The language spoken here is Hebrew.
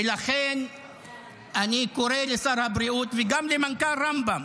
ולכן אני קורא לשר הבריאות וגם למנכ"ל רמב"ם